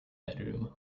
bedroom